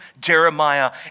Jeremiah